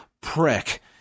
prick